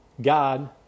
God